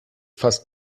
fast